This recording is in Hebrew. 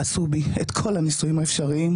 עשו בי את כל הניסויים האפשריים,